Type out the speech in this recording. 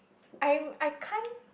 I'm I can't